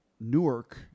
Newark